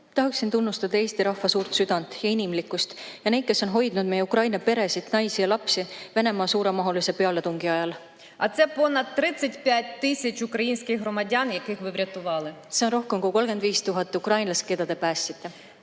Tahan tunnustada Eesti rahva suurt südant ja inimlikkust ning neid, kes on hoidnud meie, Ukraina peresid, naisi ja lapsi Venemaa suuremahulise pealetungi ajal. Te olete päästnud rohkem kui 35 000 ukrainlast. Te jagasite